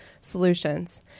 Solutions